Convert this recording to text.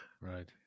Right